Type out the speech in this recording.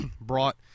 brought